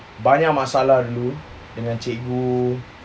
banyak masalah dulu dengan cikgu